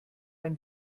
ein